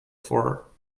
for